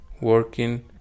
working